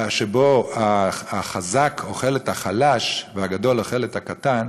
שבה החזק אוכל את החלש והגדול אוכל את הקטן,